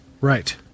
Right